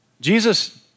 Jesus